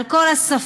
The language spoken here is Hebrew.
על כל השפה,